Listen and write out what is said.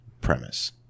premise